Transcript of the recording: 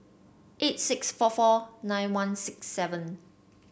eight six four four nine one six seven